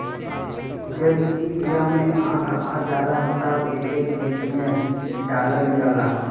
जब ई बिया में आँख आ जाला तब एके खेते में डालल जाला